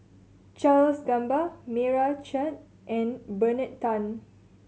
Charles Gamba Meira Chand and Bernard Tan